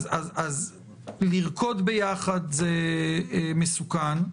אז לרקוד ביחד זה מסוכן,